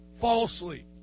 falsely